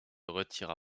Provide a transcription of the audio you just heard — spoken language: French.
retira